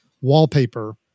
wallpaper